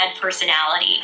personality